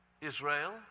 Israel